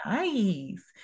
nice